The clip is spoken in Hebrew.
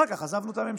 אחר כך עזבנו את הממשלה.